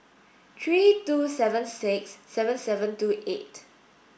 three two seven six seven seven two eight